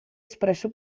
espresso